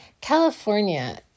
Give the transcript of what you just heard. California